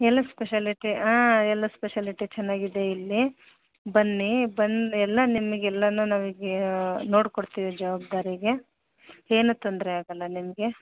ಎಲ್ಲ ಸ್ಪೆಷಾಲಿಟಿ ಹಾಂ ಎಲ್ಲ ಸ್ಪೆಷಾಲಿಟಿ ಚೆನ್ನಾಗಿದೆ ಇಲ್ಲಿ ಬನ್ನಿ ಬಂದು ಎಲ್ಲ ನಿಮಿಗೆ ಎಲ್ಲನೂ ನಮಗೆ ನೋಡಿ ಕೊಡ್ತೀವಿ ಜವಾಬ್ದಾರಿಗೆ ಏನೂ ತೊಂದರೆ ಆಗೋಲ್ಲ ನಿಮಗೆ